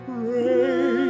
Pray